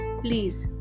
please